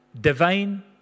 divine